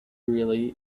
really